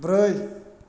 ब्रै